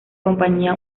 compañía